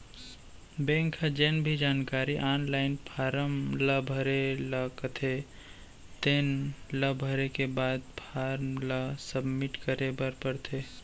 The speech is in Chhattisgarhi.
बेंक ह जेन भी जानकारी आनलाइन फारम ल भरे ल कथे तेन ल भरे के बाद फारम ल सबमिट करे बर परथे